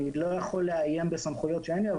אני לא יכול לאיים בסמכויות שאין לי אבל